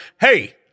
Hey